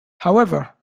however